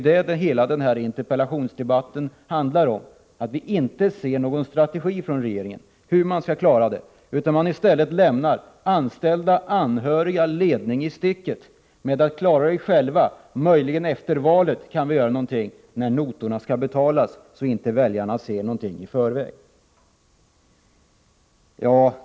Vad hela den här interpellationsdebatten handlar om är ju att vi inte ser någon strategi från regeringen hur man skall lösa dessa problem. Regeringen lämnar i stället anställda, anhöriga och ledning i sticket och säger: ”Klara er själva! Vi kan möjligen göra någonting efter valet, när notorna skall betalas.” Man vill inte att väljarna skall se någonting före valet.